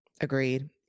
Agreed